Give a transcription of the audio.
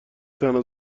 تنها